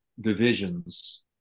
divisions